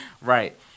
Right